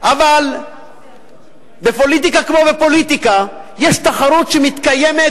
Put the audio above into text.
אבל בפוליטיקה כמו בפוליטיקה יש תחרות שמתקיימת